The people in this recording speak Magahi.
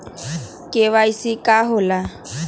के.वाई.सी का होला?